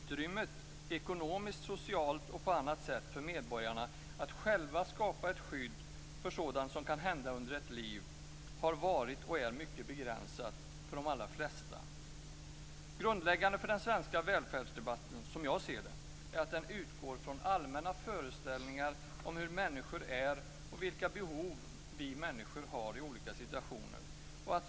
Utrymmet - ekonomiskt, socialt eller på annat sätt - för medborgarna att själva skapa ett skydd för sådant som kan hända under ett liv har varit, och är, mycket begränsat för de allra flesta. Grundläggande för den svenska välfärdsdebatten, som jag ser det, är att den utgår från allmänna föreställningar om hur människor är och vilka behov människor har i olika situationer.